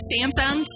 Samsung